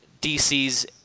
DC's